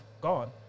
gone